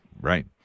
right